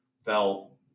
fell